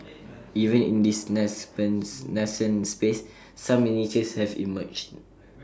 even in this nascent space some niches have emerged